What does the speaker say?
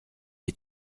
est